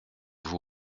vous